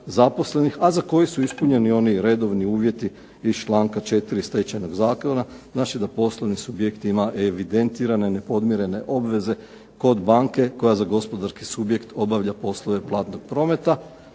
a za koji su ispunjeni oni redovni uvjeti iz članka 4. Stečajnog zakona. Znači da poslovni subjekt ima evidentirane nepodmirene obveze kod banke koja za gospodarski subjekt obavlja poslove platnog promete